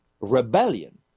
Rebellion